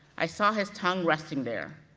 i saw his tongue resting there.